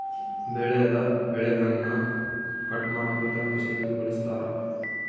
ಬೆಳೆದ ಬೆಳೆಗನ್ನ ಕಟ್ ಮಾಡಕ ಇತರ ಮಷಿನನ್ನು ಬಳಸ್ತಾರ